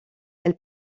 elle